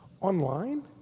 online